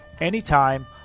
anytime